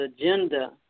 agenda